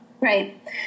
Right